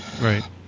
Right